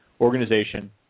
organization